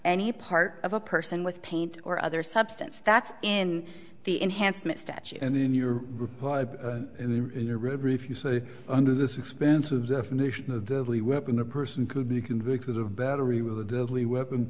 any part of a person with paint or other substance that's in the enhancement statute and then you're in a river if you say under this expansive definition of deadly weapon a person could be convicted of battery with a deadly weapon